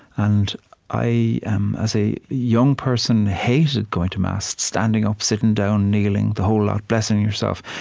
and i, as a young person, hated going to mass, standing up, sitting down, kneeling, the whole lot, blessing yourself.